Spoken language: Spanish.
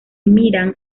miran